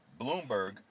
Bloomberg